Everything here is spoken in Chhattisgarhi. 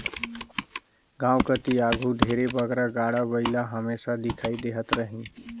गाँव कती आघु ढेरे बगरा गाड़ा बइला हमेसा दिखई देहत रहिन